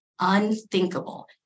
unthinkable